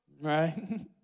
Right